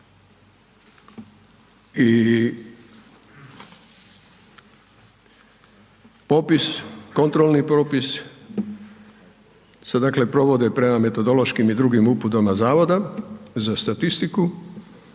i popis kontrolni popisi se provode prema metodološkim i drugim uputama DZS-a kojima se